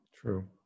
True